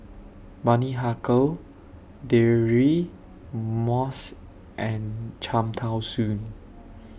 Bani Haykal Deirdre Moss and Cham Tao Soon